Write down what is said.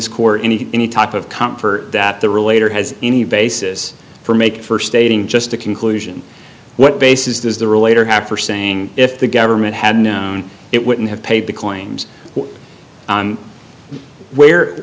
court any any type of comfort that the relator has any basis for make first stating just a conclusion what basis does the relator have for saying if the government had known it wouldn't have paid the claims where